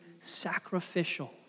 sacrificial